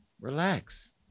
relax